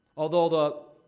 although the